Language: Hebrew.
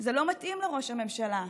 זה לא מתאים לראש הממשלה,